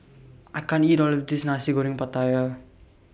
I can't eat All of This Nasi Goreng Pattaya